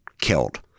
killed